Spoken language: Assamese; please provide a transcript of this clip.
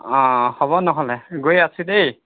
অ' হ'ব নহ'লে গৈ আছো দেই